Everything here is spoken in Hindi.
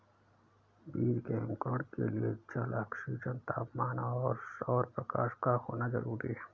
बीज के अंकुरण के लिए जल, ऑक्सीजन, तापमान और सौरप्रकाश का होना जरूरी है